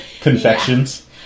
Confections